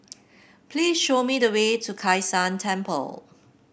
please show me the way to Kai San Temple